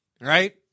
right